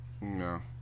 No